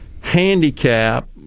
handicap